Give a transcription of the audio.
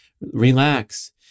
relax